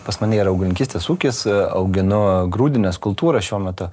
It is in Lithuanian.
pas mane yra augalininkystės ūkis auginu grūdines kultūras šiuo metu